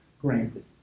granted